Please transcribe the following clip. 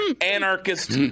anarchist